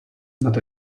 not